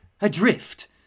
adrift